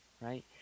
right